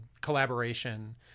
collaboration